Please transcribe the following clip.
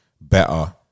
better